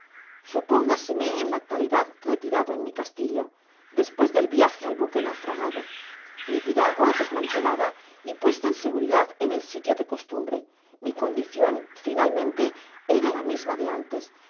supóngaseme en la actualidad retirado en mi castillo despues del viaje al buque naufragado mi piragua desmantelada y puesta en'seguridad en el sitio de costumbre mi condicion finalmente era la misma de antes